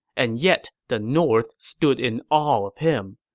and yet the north stood in awe of him.